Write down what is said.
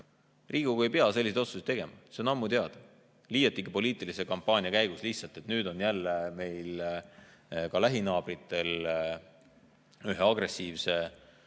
Riigikogu ei pea selliseid otsuseid tegema, see on ammu teada, liiatigi poliitilise kampaania käigus lihtsalt, et nüüd on jälle meie lähinaabritel ühe agressiivse